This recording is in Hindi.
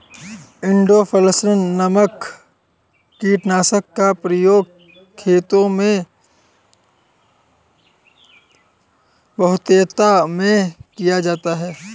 इंडोसल्फान नामक कीटनाशक का प्रयोग खेतों में बहुतायत में किया जाता है